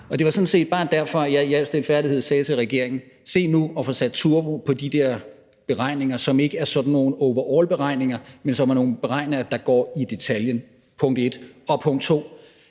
Det var sådan set bare derfor, at jeg i al stilfærdighed sagde til regeringen: Se nu at få sat turbo på de der beregninger, som ikke er sådan nogle over all-beregninger, men som er nogle beregninger, der går i detaljen. Det er punkt 1.